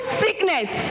sickness